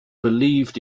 believed